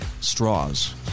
straws